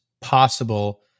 possible